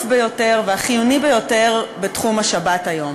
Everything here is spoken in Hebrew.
ביותר והחיוני ביותר בתחום השבת היום.